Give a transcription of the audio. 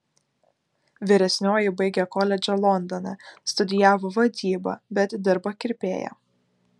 vyresnioji baigė koledžą londone studijavo vadybą bet dirba kirpėja